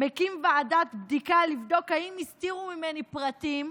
מקים ועדת בדיקה לבדוק אם הסתירו ממני פרטים,